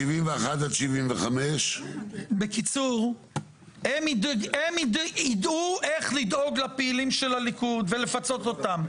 71 עד 75. בקיצור הם יידעו איך לדאוג לפעילים של הליכוד ולפצות אותם,